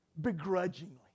Begrudgingly